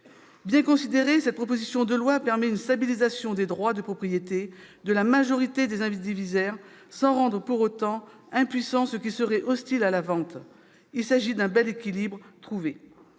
Bien considérée, cette proposition de loi permet une stabilisation des droits de propriété de la majorité des indivisaires, sans rendre pour autant impuissants ceux qui seraient hostiles à la vente. Il s'agit d'un bel équilibre trouvé.